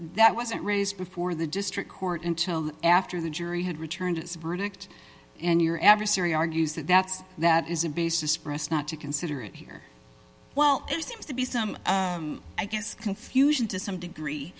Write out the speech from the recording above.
that wasn't raised before the district court until after the jury had returned its verdict and your adversary argues that that's that is a basis for us not to consider it here well there seems to be some i guess confusion to some degree